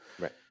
Right